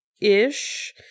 ish